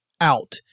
out